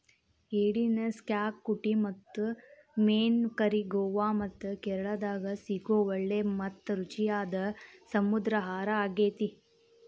ಏಡಿಯ ಕ್ಸಾಕುಟಿ ಮತ್ತು ಮೇನ್ ಕರಿ ಗೋವಾ ಮತ್ತ ಕೇರಳಾದಾಗ ಸಿಗೋ ಒಳ್ಳೆ ಮತ್ತ ರುಚಿಯಾದ ಸಮುದ್ರ ಆಹಾರಾಗೇತಿ